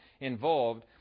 involved